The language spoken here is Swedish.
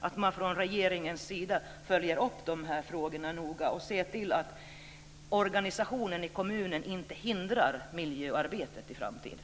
Därför förutsätter jag att regeringen noga följer upp och ser till att organisationen i kommunerna inte hindrar miljöarbetet i framtiden.